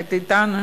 יחד אתנו,